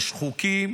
יש חוקים.